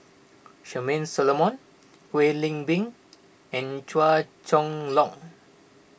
Charmaine Solomon Kwek Leng Beng and Chua Chong Long